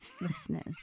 listeners